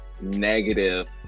negative